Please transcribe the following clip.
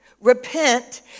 Repent